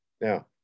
Now